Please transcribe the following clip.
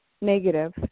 negative